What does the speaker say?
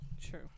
True